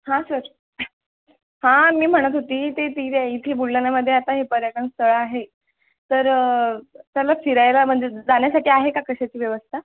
हा सर हा मी म्हणत होती ते दिव्या इथे बुलढाण्यामध्ये आता हे पर्यटन स्थळं आहे तर तर मग फिरायला म्हणजे जाण्यासाठी आहे का कशाची व्यवस्था